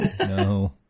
No